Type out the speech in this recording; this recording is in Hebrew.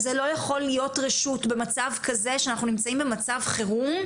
אז זה לא יכול להיות רשות במצב כזה שאנחנו נמצאים במצב חירום,